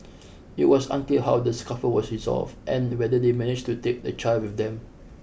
it was unclear how the scuffle was resolved and whether they managed to take the child with them